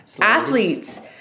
athletes